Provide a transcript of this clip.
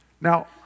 Now